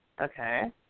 Okay